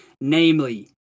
namely